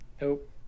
Nope